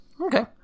okay